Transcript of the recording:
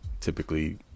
Typically